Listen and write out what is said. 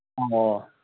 ꯑꯣ